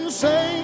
say